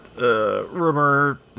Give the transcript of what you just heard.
rumor